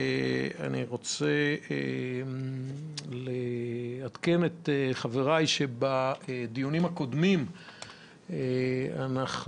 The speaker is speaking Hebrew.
אני רוצה לעדכן את חבריי שבדיונים הקודמים אנחנו